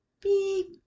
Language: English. beep